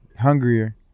hungrier